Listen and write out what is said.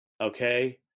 okay